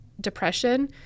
depression